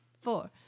four